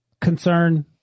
concern